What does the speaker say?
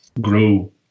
grow